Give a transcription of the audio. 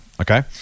okay